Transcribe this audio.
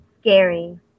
Scary